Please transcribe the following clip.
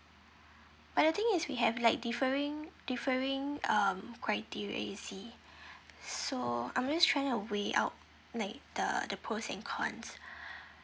but the thing is we have like differing differing um criteria you see so I'm just trying to weight out like the the pros and cons